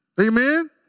Amen